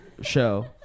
show